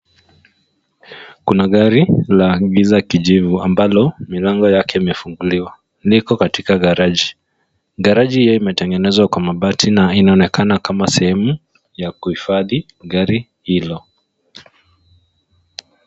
Kuna gari la giza kijivu ambalo milango yake imefunguliwa, liko katika garage . Garage hio imetengenezwa kwa mabati na inaonekana kama sehemu ya kuhifadhi gari hilo.